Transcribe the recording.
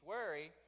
Worry